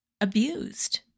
abused